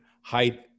height